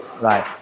right